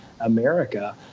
America